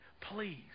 Please